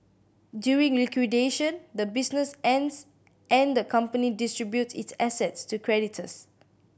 during liquidation the business ends and the company distributes its assets to creditors